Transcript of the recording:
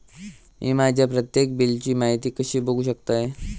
मी माझ्या प्रत्येक बिलची माहिती कशी बघू शकतय?